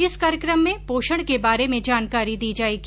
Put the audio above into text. इस कार्यकम में पोषण के बारे में जानकारी दी जायेगी